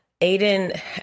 Aiden